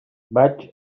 vaig